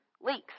Leaks